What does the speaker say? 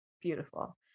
beautiful